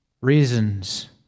reasons